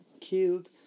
killed